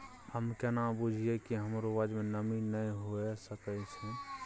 हम केना बुझीये कि हमर उपज में नमी नय हुए सके छै?